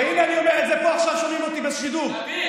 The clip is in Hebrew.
והינה, אני אומר עכשיו, שומעים אותי בשידור, תביא.